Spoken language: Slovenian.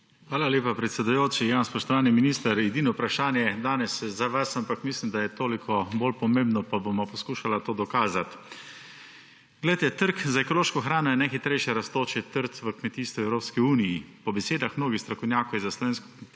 Hvala lepa, predsedujoči. Spoštovani minister! Edino vprašanje danes za vas, ampak mislim, da je toliko bolj pomembno, pa bova poskušala to dokazati. Poglejte, trg z ekološko hrano je najhitrejše rastoč trg v kmetijstvu v Evropski uniji. Po besedah mnogih strokovnjakov je za slovensko